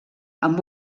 amb